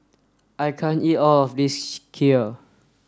I can't eat all of this Kheer